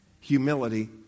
Humility